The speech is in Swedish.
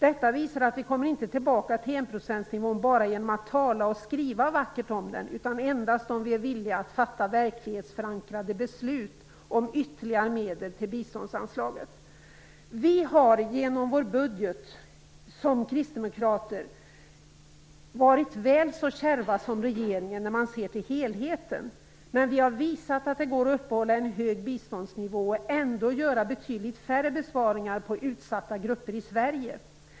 Det visar att vi inte kommer tillbaka till enprocentsnivån bara genom att tala och skriva vackert om den, utan endast om vi är villiga att fatta verklighetsförankrade beslut om ytterligare medel till biståndsanslaget. Vi kristdemokrater har i vår budget varit väl så kärva som regeringen om man ser till helheten, men vi har visat att det går att uppehålla en hög biståndsnivå och ändå göra betydligt färre besparingar på utsatta grupper i Sverige.